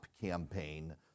campaign